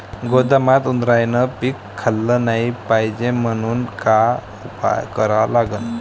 गोदामात उंदरायनं पीक खाल्लं नाही पायजे म्हनून का उपाय करा लागन?